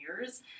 years